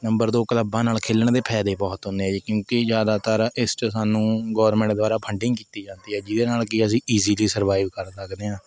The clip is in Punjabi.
ਨੰਬਰ ਦੋ ਕਲੱਬਾਂ ਨਾਲ ਖੇਡਣ ਦੇ ਫਾਇਦੇ ਬਹੁਤ ਹੁੰਨੇ ਹਨ ਜੀ ਕਿਉਂਕੀ ਜ਼ਿਆਦਾਤਰ ਇਸ 'ਚ ਸਾਨੂੰ ਗੌਰਮੈਂਟ ਦੁਆਰਾ ਫੰਡਿੰਗ ਕੀਤੀ ਜਾਂਦੀ ਹੈ ਜਿਹਦੇ ਨਾਲ ਕੀ ਅਸੀਂ ਈਜੀਲੀ ਸਰਵਾਈਵ ਕਰ ਸਕਦੇ ਹਾਂ